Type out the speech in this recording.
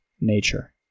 nature